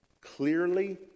clearly